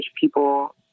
people